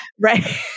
right